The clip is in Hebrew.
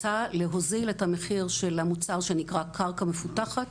רוצה להוזיל את המחיר של המוצר שנקרא קרקע מפותחת,